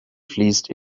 fließt